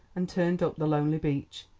and turned up the lonely beach.